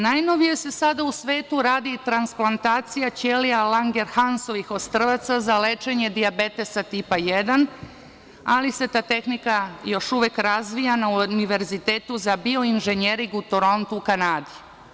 Najnovije se sada u svetu radi transplantacija ćelija Langerhansovih ostrvaca za lečenje dijabetesa tipa jedan, ali se ta tehnika još uvek razvija na Univerzitetu za bioinženjering u Torontu u Kanadi.